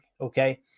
Okay